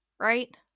Right